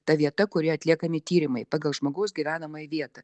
ta vieta kurioje atliekami tyrimai pagal žmogaus gyvenamąją vietą